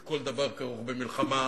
כי כל דבר כרוך במלחמה,